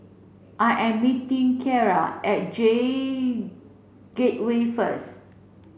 I am meeting Kierra at J Gateway first